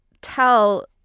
tell